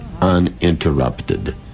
uninterrupted